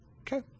Okay